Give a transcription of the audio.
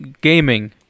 gaming